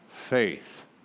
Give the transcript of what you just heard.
faith